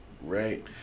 right